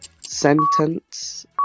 Sentence